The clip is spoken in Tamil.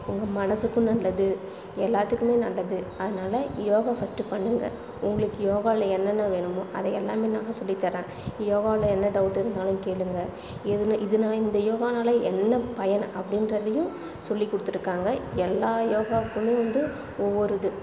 உங்கள் மனசுக்கும் நல்லது எல்லாத்துக்குமே நல்லது அதனால் யோகா ஃபர்ஸ்ட்டு பண்ணுங்கள் உங்களுக்கு யோகாவில என்னென்ன வேணுமோ அதை எல்லாமே நான் சொல்லித் தரேன் யோகாவில என்ன டவுட்டு இருந்தாலும் கேளுங்கள் எதில் இதுனா இந்த யோகானால என்ன பயன் அப்படின்றதையும் சொல்லிக் கொடுத்துருக்காங்க எல்லா யோகாக்குமே வந்து ஒவ்வொரு இது